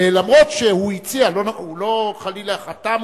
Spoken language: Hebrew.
ואף-על-פי שהוא הציע, הוא לא, חלילה, חתם.